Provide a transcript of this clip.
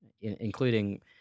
including